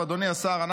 אדוני השר,